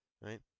right